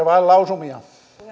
vain lausumia